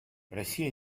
россия